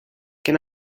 can